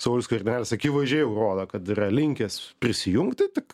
saulius skvernelis akivaizdžiai jau rodo kad yra linkęs prisijungti tik